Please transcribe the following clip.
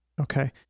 Okay